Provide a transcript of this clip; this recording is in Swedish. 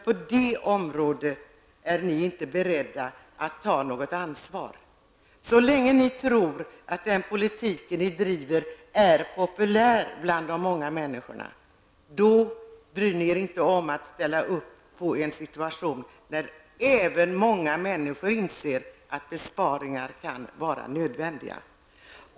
På det området är ni inte beredda att ta något ansvar. Så länge ni tror att den politik som ni driver är populär bland de många människorna, bryr ni er inte om att ställa upp i en situation där många människor inser att besparingar kan vara nödvändiga.